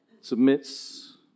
submits